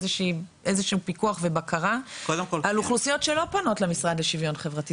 איזשהו פיקוח ובקרה על אוכלוסיות שלא פונות למשרד לשוויון חברתי?